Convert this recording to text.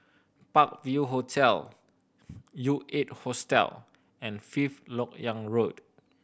Park View Hotel U Eight Hostel and Fifth Lok Yang Road